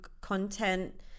content